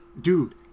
dude